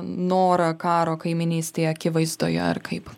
norą karo kaimynystėje akivaizdoje ar kaip